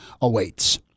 awaits